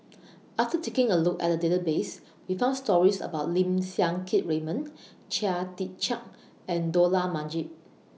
after taking A Look At The Database We found stories about Lim Siang Keat Raymond Chia Tee Chiak and Dollah Majid